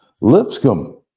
Lipscomb